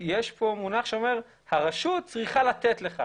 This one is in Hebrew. יש מונח שאומר שהרשות צריכה לתת לך.